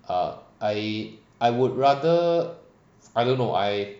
err I I would rather I don't know I